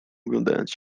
oglądając